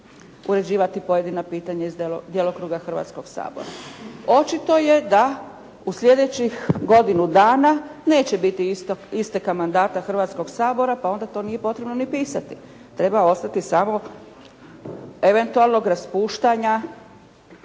uređivati pojedina pitanja iz djelokruga Hrvatskog sabora. Očito je da u slijedećih godinu dana neće biti isteka mandata Hrvatskog sabora, pa onda to nije potrebno ni pisati. Treba ostati samo eventualnog raspuštanja